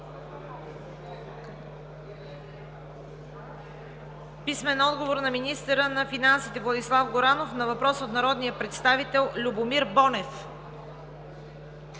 Василев; - министъра на финансите Владислав Горанов на въпрос от народния представител Любомир Бонев;